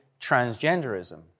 transgenderism